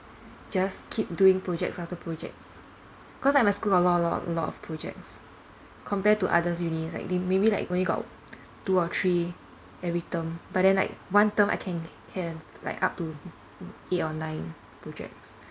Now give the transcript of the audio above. just keep doing projects after projects cause like my school got a lot a lot lot of projects compared to others uni they maybe like only got two or three every term but then like one term I can g~ have like up to eight or nine projects